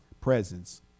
presence